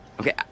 Okay